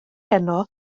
heno